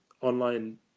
online